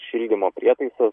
šildymo prietaisas